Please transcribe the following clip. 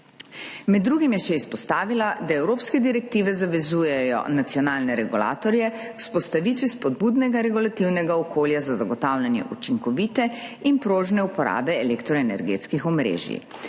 Med drugim je še izpostavila, da evropske direktive zavezujejo nacionalne regulatorje k vzpostavitvi spodbudnega regulativnega okolja za zagotavljanje učinkovite in prožne uporabe elektroenergetskih omrežij.